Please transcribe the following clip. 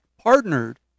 partnered